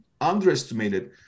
underestimated